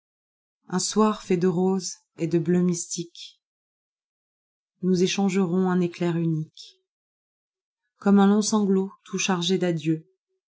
un soir fait de rose et do bleu mystique nous échangerons un éclair unique comme un long sanglot tout chargé d'adieux